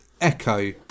echo